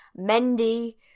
Mendy